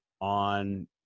on